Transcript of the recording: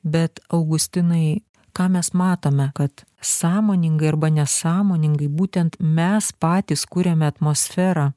bet augustinai ką mes matome kad sąmoningai arba nesąmoningai būtent mes patys kuriame atmosferą